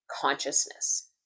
consciousness